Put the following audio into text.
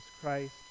Christ